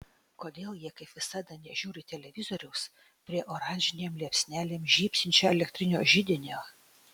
kodėl jie kaip visada nežiūri televizoriaus prie oranžinėm liepsnelėm žybsinčio elektrinio židinio